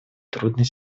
трудной